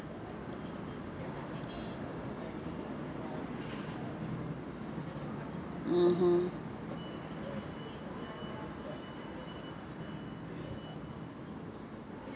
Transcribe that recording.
mmhmm